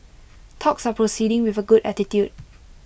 talks are proceeding with A good attitude